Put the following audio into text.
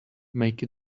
make